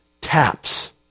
taps